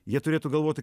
jie turėtų galvoti